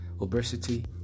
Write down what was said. obesity